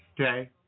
okay